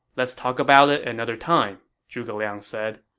let's talk about it another time, zhuge liang said